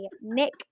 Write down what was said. Nick